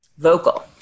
vocal